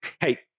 Hey